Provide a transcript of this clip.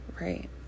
Right